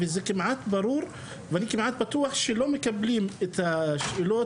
וזה כמעט ברור ואני כמעט בטוח שלא מקבלים את השאלות